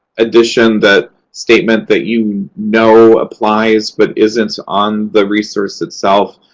edition, that statement that you know applies but isn't on the resource itself,